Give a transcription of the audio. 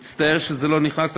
אני מצטער שזה לא נכנס.